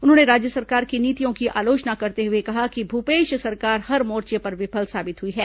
उन्होंने राज्य सरकार की नीतियों की आलोचना करते हुए कहा कि भूपेश सरकार हर मोर्चे पर विफल साबित हुई है